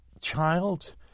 Child